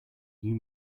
you